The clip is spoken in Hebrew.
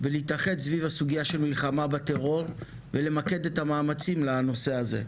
ולהתאחד סביב הסוגייה של מלחמה בטרור ולמקד את המאמצים לנושא הזה.